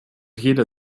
jeder